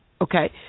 okay